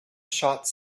shots